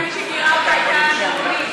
מי שגיירה אותה הייתה נעמי.